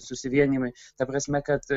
susivienijimui ta prasme kad